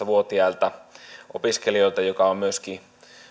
vuotiailta opiskelijoilta joka on myöskin